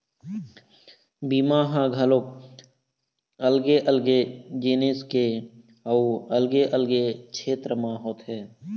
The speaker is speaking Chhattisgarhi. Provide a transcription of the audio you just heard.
बीमा ह घलोक अलगे अलगे जिनिस के अउ अलगे अलगे छेत्र म होथे